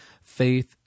faith